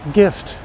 gift